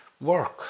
Work